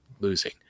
losing